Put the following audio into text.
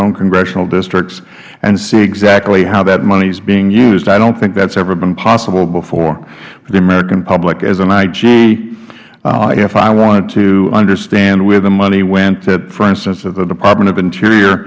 own congressional districts and see exactly how that money is being used i don't think that's ever been possible before for the american public as an ig if i want to understand where the money went for instance at the department of interior